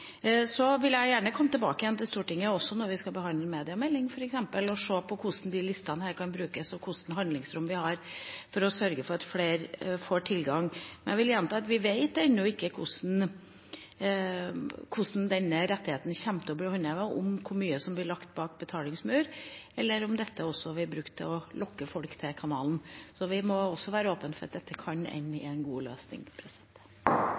Så vil jeg gjerne komme tilbake til Stortinget når vi f.eks. skal behandle mediemeldingen, og se på hvordan disse listene kan brukes, og hvilket handlingsrom vi har for å sørge for at flere får tilgang. Men jeg vil gjenta at vi vet ennå ikke hvordan denne rettigheten kommer til å bli håndhevet, og hvor mye som blir lagt bak betalingsmurer, eller om dette også blir brukt til å lokke folk til kanalen. Vi må også være åpne for at dette kan ende i